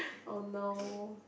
oh no